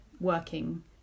working